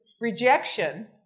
rejection